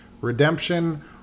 redemption